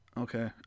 Okay